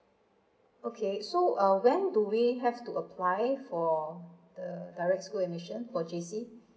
okay so uh when do we have to apply for the direct school admission for J_C